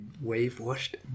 wave-washed